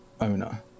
owner